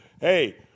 hey